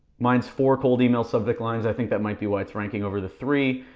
mine's four cold email subject lines, i think that might be why it's ranking over the three.